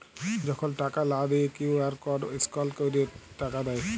যখল টাকা লা দিঁয়ে কিউ.আর কড স্ক্যাল ক্যইরে টাকা দেয়